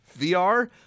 VR